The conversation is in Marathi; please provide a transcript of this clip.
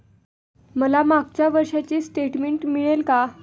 मला मागच्या वर्षीचे स्टेटमेंट मिळेल का?